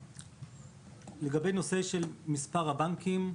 לגבי נושא של מספר הבנקים,